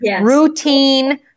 routine